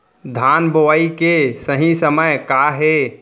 धान बोआई के सही समय का हे?